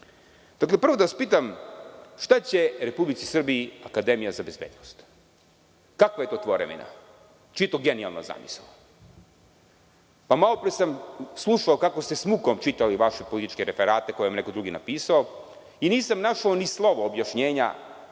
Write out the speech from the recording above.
SNS. Prvo da vas pitam - šta će Republici Srbiji akademija za bezbednost? Kakva je to tvorevina? Čija je to genijalna zamisao? Malo pre sam slušao kako ste sa mukom čitali vaše političke referate koje vam je neko drugi napisao i nisam našao ni slovo objašnjenja